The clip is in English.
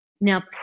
Now